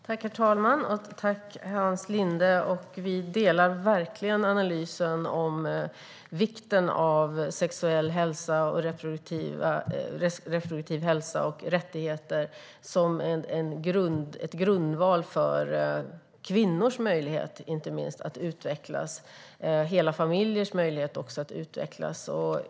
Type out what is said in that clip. Herr talman! Tack, Hans Linde! Vi delar verkligen analysen om vikten av sexuell och reproduktiv hälsa och rättigheter som en grundval för inte minst kvinnors men också hela familjers möjlighet att utvecklas.